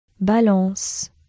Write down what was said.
balance